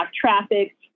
traffic